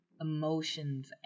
emotions